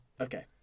Okay